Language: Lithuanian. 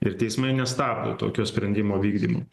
ir teismai nestabdo tokio sprendimo vykdymo